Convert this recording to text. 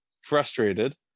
frustrated